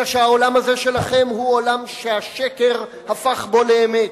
אלא שהעולם הזה שלכם הוא עולם שהשקר הפך בו לאמת,